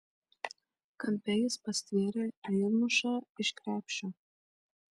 kampe jis pastvėrė riedmušą iš krepšio